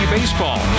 Baseball